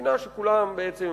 מדינה שכולם בעצם,